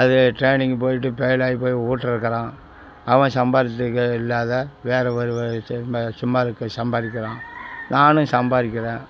அது ட்ரைனிங் போய்ட்டு பெயில்லாகி போய் வீட்ல இருக்கிறான் அவன் சம்பாதியத்துக்கு இல்லாத வேற ஒரு சும்மா சும்மா இருக்க சம்பாதிக்கிறான் நானும் சம்பாதிக்கிறேன்